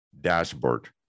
dashboard